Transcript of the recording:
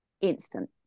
instant